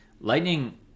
lightning